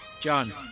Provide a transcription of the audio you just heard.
John